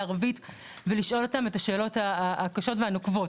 ולשאול אותם את השאלות הקשות והנוקבות.